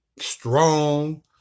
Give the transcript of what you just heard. strong